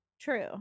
True